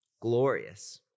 glorious